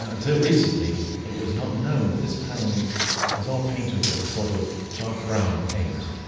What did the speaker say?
ah until recently it was not known that this panelling was all painted with a sort of dark brown paint,